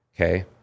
okay